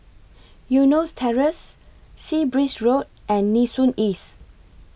Eunos Terrace Sea Breeze Road and Nee Soon East